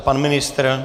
Pan ministr?